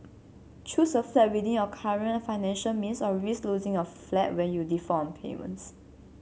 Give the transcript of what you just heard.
choose a flat within your current financial means or risk losing your flat when you default on payments